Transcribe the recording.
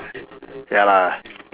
ya lah